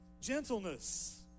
gentleness